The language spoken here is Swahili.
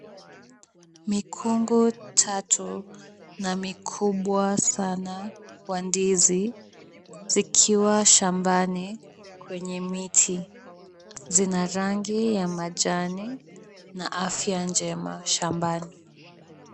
Mikungu tatu na mikubwa sana ya ndizi zikiwa shambani kwenye miti. Zina rangi ya majani na afya njema shambani.